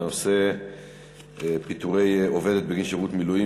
הנושא פיטורי עובדת בגין שירות מילואים